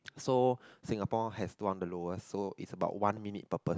so Singapore has one of the lowest so it's about one minute per person